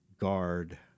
guard